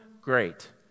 great